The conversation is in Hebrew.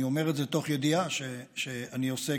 אני אומר את זה מתוך ידיעה שאני עוסק,